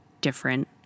different